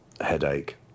headache